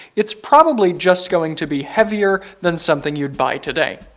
it's probably just going to be heavier than something you'd buy today.